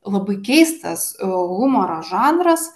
labai keistas humoro žanras